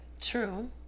True